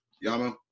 Yama